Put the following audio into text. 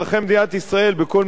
בכל משאל בין-לאומי,